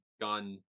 Gun